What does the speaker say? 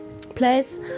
place